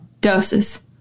doses